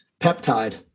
peptide